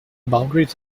boundaries